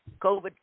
COVID